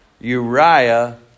Uriah